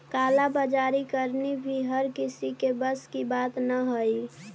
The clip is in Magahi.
काला बाजारी करनी भी हर किसी के बस की बात न हई